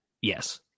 Yes